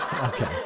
Okay